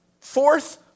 fourth